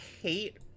hate